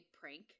prank